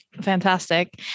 fantastic